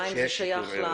השאלה אם זה שייך לנושא.